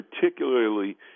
particularly